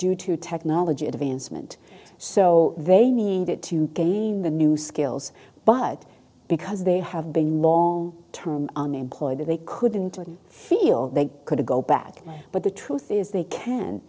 due to technology advancement so they needed to gain the new skills but because they have been long term unemployed or they couldn't feel they could go bad but the truth is they can